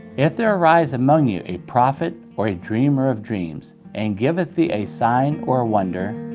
if there arise among you a prophet, or a dreamer of dreams, and giveth thee a sign or a wonder,